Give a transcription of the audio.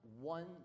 one